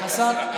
השר?